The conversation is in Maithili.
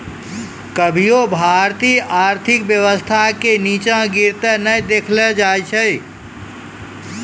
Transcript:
कभियो भारतीय आर्थिक व्यवस्था के नींचा गिरते नै देखलो जाय छै